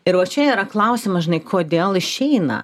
ir va čia yra klausimas žinai kodėl išeina